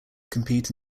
compete